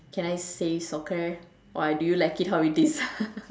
can I say soccer or do you like it how it is